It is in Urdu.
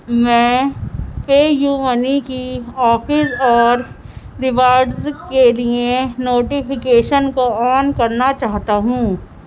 میں پے یو منی کی آفز اور ریوارڈز کے لیے نوٹیفیکیشن کو آن کرنا چاہتا ہوں